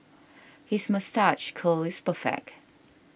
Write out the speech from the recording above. his moustache curl is perfect